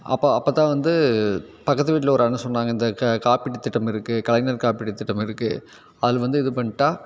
அப்போ அப்போத்தான் வந்து பக்கத்து வீட்டில் ஒரு அண்ணன் சொன்னாங்க இந்த க காப்பீட்டுத்திட்டம் இருக்குது கலைஞர் காப்பீட்டுத்திட்டம் இருக்குது அது வந்து இது பண்ணிட்டா